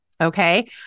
okay